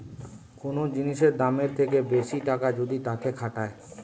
কোন জিনিসের দামের থেকে বেশি টাকা যদি তাতে খাটায়